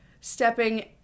stepping